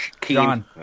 John